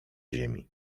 ziemi